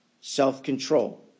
self-control